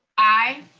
aye.